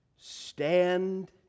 stand